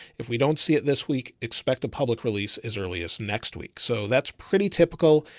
if we don't see it this week expect a public release as early as next week. so that's pretty typical.